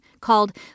called